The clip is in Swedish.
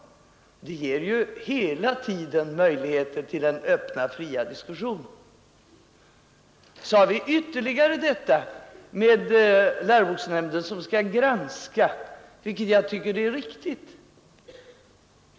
Det ger ju hela tiden möjligheter till en öppnare och friare diskussion. Sedun har vi lärvboksnämnden som granskar, vilket jag tycker är riktigt.